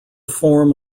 form